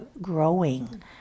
growing